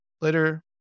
later